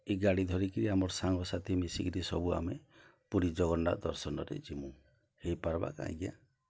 ଇ ଗାଡ଼ି ଧରିକିରି ଆମର୍ ସାଙ୍ଗସାଥି ମିଶିକିରି ସବୁ ଆମେ ପୁରୀ ଜଗନ୍ନାଥ୍ ଦର୍ଶନରେ ଯିମୁ ହେଇପାର୍ବା କେଁ ଆଜ୍ଞା